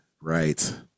right